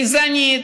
גזענית.